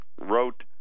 wrote